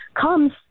comes